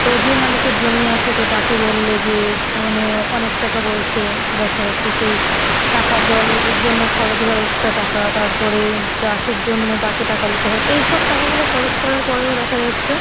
তো যে মালিকের জমি আছে তো তাকে বললে যে মানে অনেক টাকা বলছে দেখা যাচ্ছে সেই টাকা জলের জন্য খরচ হয় এক্সট্রা টাকা তারপরে চাষের জন্য তাকে টাকা দিতে হয় এই সব টাকাগুলো খরচ করার পরেও দেখা যাচ্ছে